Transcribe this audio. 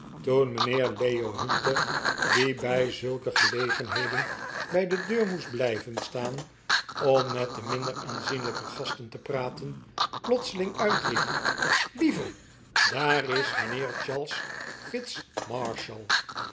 toen mijnheer leo hunter die bij zulke gelegenheden bij de deur moest blijven staan om met de minder aanzienlijke gasten te praten plotseling uitriep lieve daar is mijnheer charles